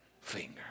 finger